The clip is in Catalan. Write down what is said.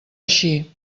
així